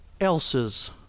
else's